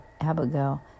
Abigail